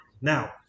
now